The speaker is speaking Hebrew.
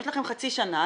יש לכם חצי שנה.